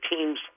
team's